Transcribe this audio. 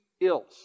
ills